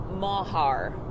Mahar